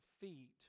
feet